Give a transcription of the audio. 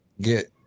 get